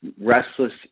restless